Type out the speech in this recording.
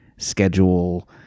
schedule